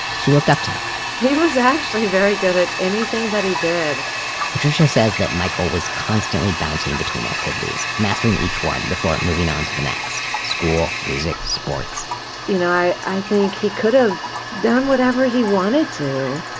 she looked up to him he was actually very good at anything that he did patricia says that michael was constantly bouncing between activities, mastering each one before moving on to the next. school, music, sports you know i i think he could have done whatever he wanted to,